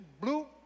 blue